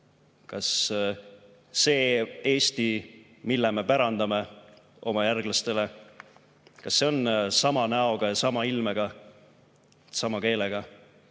kas see Eesti, mille me pärandame oma järglastele, on sama näoga ja sama ilmega ja sama keelega